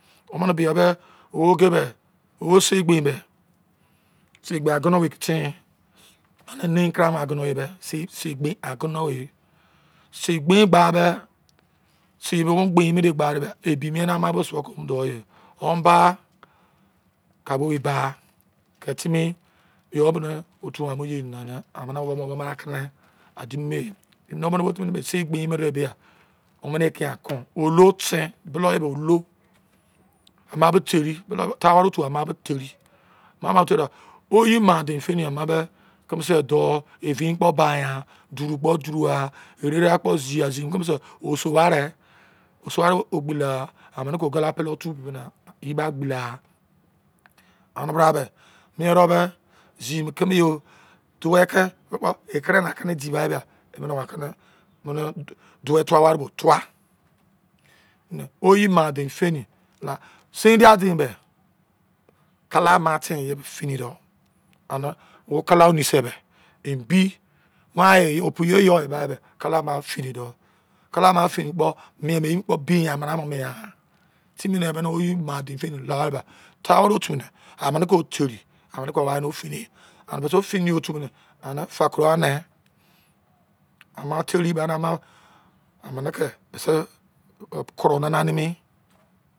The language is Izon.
Wo mene bi yo be wo oge me o se gbi be sei gbe agunu wei ke ten ane nee kere mo agunu wei be sei sei gbe agunu wei ye sei gbi gba gbe sei bo me gbin bo gba be ebi ona ama do suo ko wo mo do ye on ba ka o ye ba ke timi yo bo ne tuwa mo ye nana ne omene wo mene ma keme a di me omene bo timi sei gbi mene ne bia omene kian kon olo ten blu ye olo ama bo teri ta ware otu ama bo teri ma ma te do oyi ma den fini ama be keme se dou evin kpo ba yan, duru kpo duruai ere ra kpo zi ya zi keme se o so ware ogbi la ha ane ke ogula otu be be na eye ba gbologha ane bra me miyo be zi mi keme yo duwoe ke ekere na keme di ya be emene na ke ne omene duwoe ware bo tuwa ane oyi ma dein foni la sendia dain me kala ama ten ye fini dou ane wo kala mi se be bi wan ye o pu ye yo emu gba de kala ama emu fini dou kala ama fini kpo me mi ye kpo bi yan mira me mienghan timi ne emene oyi ma dain fini laha ba taro otu ne amene ke teri amene ke wi fini ane me se fini otu me ne fa koro ane ama teri na ama amene ke mise yo koro na na ni mi